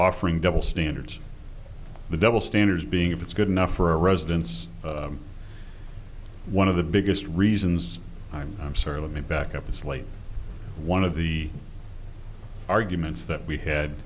offering double standards the double standards being if it's good enough for a residence one of the biggest reasons i'm sorry let me back up a slate one of the arguments that we had